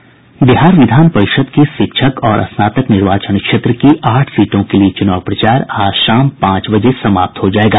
बिहार विधान परिषद् की शिक्षक और स्नातक निर्वाचन क्षेत्र की आठ सीटों के लिए चुनाव प्रचार आज शाम पांच बजे समाप्त हो जायेगा